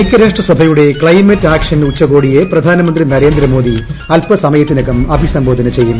ഐകൃരാഷ്ട്രസഭയുടെ climate action ഉച്ചകോടിയെ പ്രധാനമന്ത്രി നരേന്ദ്രമോദി അല്പസമയത്തിനകം അഭിസംബോധന ചെയ്യും